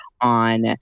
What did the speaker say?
on